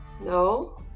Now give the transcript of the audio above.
No